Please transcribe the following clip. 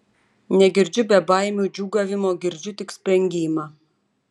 negirdžiu bebaimių džiūgavimo girdžiu tik spengimą